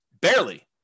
Barely